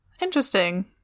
Interesting